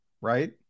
right